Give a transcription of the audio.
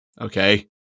okay